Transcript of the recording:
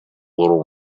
little